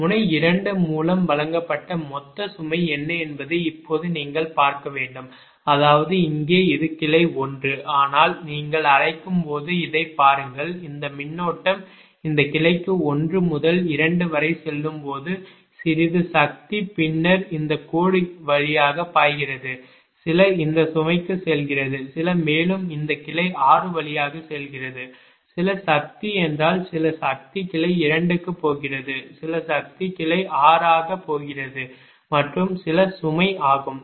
முனை 2 மூலம் வழங்கப்பட்ட மொத்த சுமை என்ன என்பதை இப்போது நீங்கள் பார்க்க வேண்டும் அதாவது இங்கே இது கிளை 1 ஆனால் நீங்கள் அழைக்கும் போது இதைப் பாருங்கள் இந்த மின்னோட்டம் இந்த கிளைக்கு 1 முதல் 2 வரை செல்லும் போது சிறிது சக்தி பின்னர் இந்த கோடு வழியாக பாய்கிறது சில இந்த சுமைக்கு செல்கிறது சில மேலும் இந்த கிளை 6 வழியாக செல்கிறது சில சக்தி என்றால் சில சக்தி கிளை 2 க்கு போகிறது சில சக்தி கிளை 6 ஆக போகிறது மற்றும் சில சுமை ஆகும்